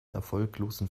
erfolglosen